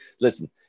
listen